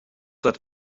that